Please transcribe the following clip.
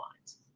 lines